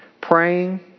praying